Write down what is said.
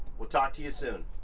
we'll talk to you soon.